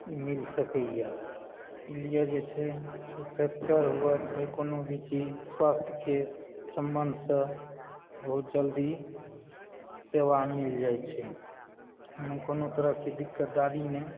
ई मिल सकयए ई लिए जे छै फ्रेक्चर हुअ चाहे कोनो भी चीज स्वास्थ्यके सम्बन्धसँ बहुत जल्दी सेवा मिल जाइ छै एहिमे कोनो तरहकेँ दिक्कतदारी नहि